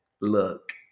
look